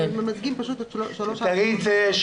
כן.